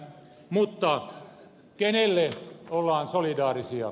mutta kenelle ollaan solidaarisia